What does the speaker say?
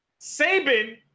Saban